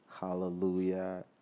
Hallelujah